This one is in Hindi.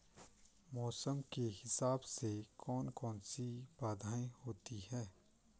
मौसम के हिसाब से कौन कौन सी बाधाएं होती हैं?